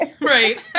Right